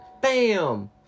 bam